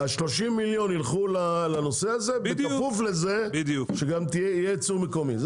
ה-30 מיליון יילכו לנושא הזה בכפוף לזה שגם יהיה ייצור מקומי,